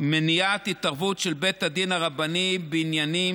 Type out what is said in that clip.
מניעת התערבות של בית הדין הרבני בעניינים